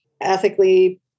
ethically